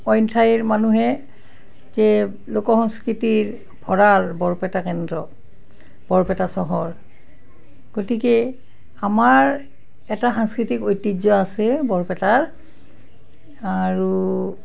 অইন ঠাইৰ মানুহে যে লোক সংস্কৃতিৰ ভঁৰাল বৰপেটা কেন্দ্ৰ বৰপেটা চহৰ গতিকে আমাৰ এটা সাংস্কৃতিক ঐতিহ্য আছে বৰপেটাৰ আৰু